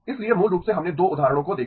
इसलिए मूल रूप से हमने 2 उदाहरणों को देखा